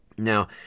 Now